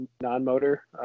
non-motor